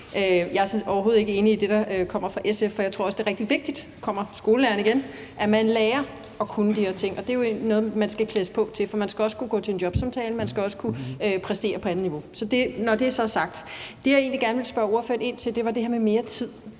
Jeg er overhovedet ikke enig i det, der kommer fra SF, for jeg tror også, det er rigtig vigtigt – nu kommer skolelæreren igen – at man lærer at kunne de her ting. Det er jo noget, man skal klædes på til, for man skal også kunne gå til en jobsamtale, og man skal også kunne præstere på et andet niveau. Når det så er sagt, er det, jeg egentlig gerne vil spørge ordføreren ind til, det her med mere tid.